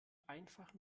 einfach